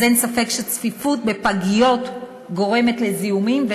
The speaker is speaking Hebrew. אין ספק שצפיפות בפגיות גורמת לזיהומים,